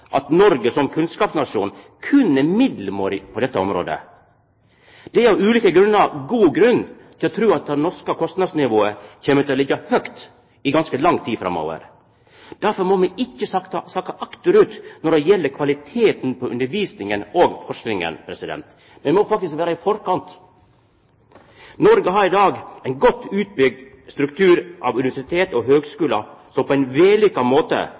at Noreg som kunnskapsnasjon berre er middelmåtig på dette området. Det er av ulike årsaker god grunn til å tru at det norske kostnadsnivået kjem til å liggja høgt i ganske lang tid framover. Difor må vi ikkje sakka akterut når det gjeld kvaliteten på undervisninga og forskinga. Vi må faktisk vera i forkant. Noreg har i dag ein godt utbygd struktur av universitet og høgskular som på ein vellykka måte